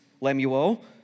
Lemuel